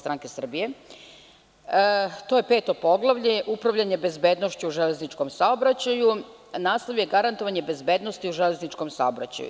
To je Peto poglavlje, upravljanje bezbednošću u železničkom saobraćaju, a naslov je garantovanje bezbednosti u železničkom saobraćaju.